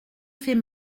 fait